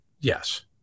Yes